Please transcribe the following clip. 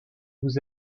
vous